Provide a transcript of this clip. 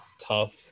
tough